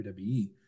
wwe